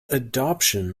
adoption